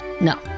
No